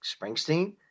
Springsteen